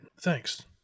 Thanks